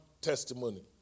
testimony